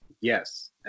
Yes